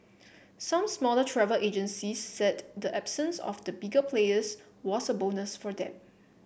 some smaller travel agencies said the absence of the bigger players was a bonus for them